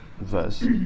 verse